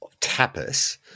tapas